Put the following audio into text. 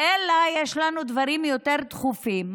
אלא יש לנו דברים יותר דחופים.